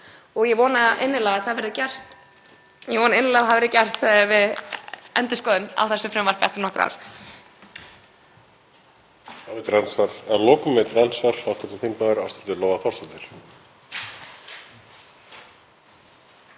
Ég vona innilega að það verði gert við endurskoðun á þessu frumvarpi eftir nokkur ár.